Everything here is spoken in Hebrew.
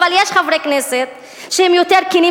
אבל יש חברי כנסת שהם יותר כנים,